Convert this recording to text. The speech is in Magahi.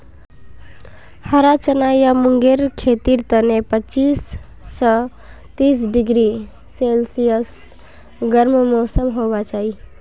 हरा चना या मूंगेर खेतीर तने पच्चीस स तीस डिग्री सेल्सियस गर्म मौसम होबा चाई